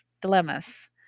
dilemmas